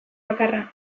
bakarra